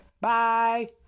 bye